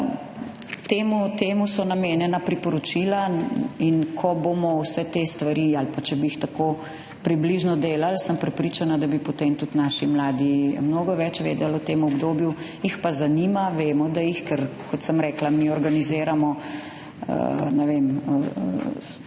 da temu so namenjena priporočila. Ko bomo vse te stvari ali pa če bi jih tako približno delali, sem prepričana, da bi potem tudi naši mladi mnogo več vedeli o tem obdobju. Jih pa zanima, vemo, da jih, ker kot sem rekla, mi organiziramo, ne vem,